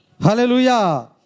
Hallelujah